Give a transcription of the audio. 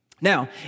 Now